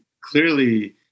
clearly